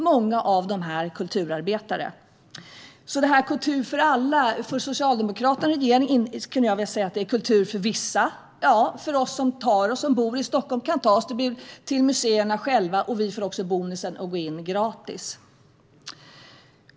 Många av dessa är kulturarbetare. Jag skulle vilja säga: Kultur för alla är för Socialdemokraterna kultur för vissa. Vi som bor i Stockholm och kan ta oss till museerna får också bonusen att gå in gratis.